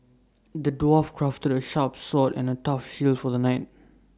the dwarf crafted A sharp sword and A tough shield for the knight